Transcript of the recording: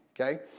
okay